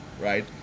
right